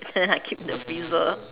then I keep in the freezer